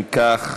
אם כך,